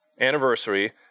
anniversary